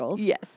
Yes